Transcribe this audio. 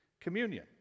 communion